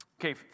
Okay